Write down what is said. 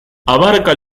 abarca